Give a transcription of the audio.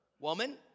Woman